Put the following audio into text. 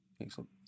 Excellent